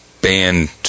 band